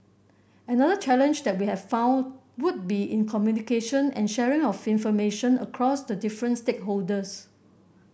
another challenge that we have found would be in communication and sharing of information across the different stakeholders